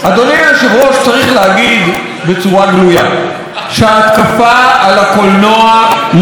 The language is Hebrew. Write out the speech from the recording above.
צריך להגיד בצורה גלויה שההתקפה על הקולנוע לא עומדת לבד,